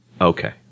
Okay